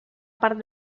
part